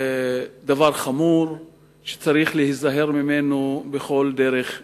דבר חמור שצריך להיזהר ממנו בכל דרך אפשרית.